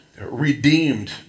redeemed